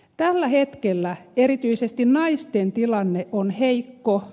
tällä hetkellä erityisesti naisten tilanne on heikko